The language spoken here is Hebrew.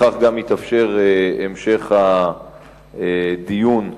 בכך גם יתאפשר המשך הדיון בוועדה.